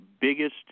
biggest